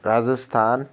Rajasthan